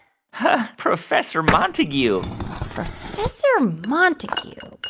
huh? professor montague professor montague,